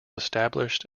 established